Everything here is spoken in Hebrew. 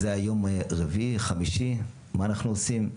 זה היה יום רביעי, חמישי, מה אנחנו עושים?